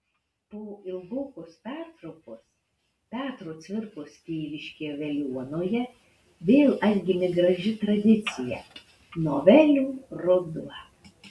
po ilgokos pertraukos petro cvirkos tėviškėje veliuonoje vėl atgimė graži tradicija novelių ruduo